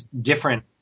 different